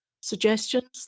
suggestions